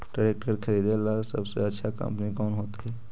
Tractor खरीदेला सबसे अच्छा कंपनी कौन होतई?